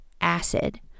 acid